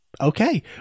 Okay